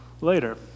later